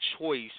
choice